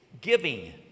giving